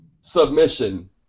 submission